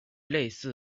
类似